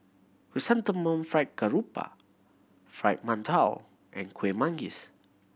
Chrysanthemum Fried Garoupa Fried Mantou and Kueh Manggis